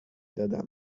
دادم